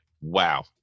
wow